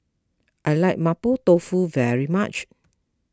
I like Mapo Tofu very much